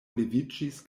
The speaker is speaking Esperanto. leviĝis